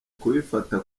kubifata